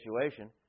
situation